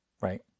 right